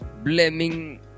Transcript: Blaming